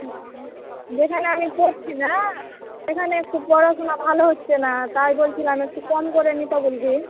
ও যেখানে আমি পড়ছি না সেখানে একটু পড়াশুনা ভালো হচ্ছে না তাই বলছিলাম একটু কম করে নিতে বলবি